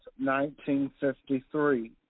1953